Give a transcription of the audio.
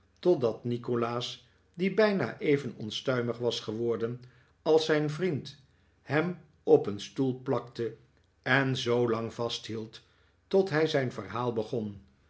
totdat nikolaas die bijna even onstuimig was geworden als zijn vriend hem op een stoel plakte en zoolang vasthield tot hij zijn verhaal begon